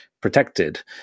protected